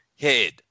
head